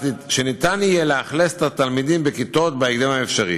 שאפשר יהיה לשכן את התלמידים בכיתות בהקדם האפשרי.